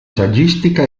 saggistica